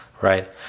right